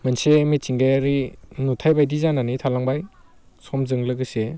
मोनसे मिथिंगायारि नुथाय बायदि जानानै थालांबाय समजों लोगोसे